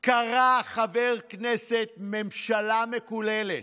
קרא חבר כנסת "ממשלה מקוללת".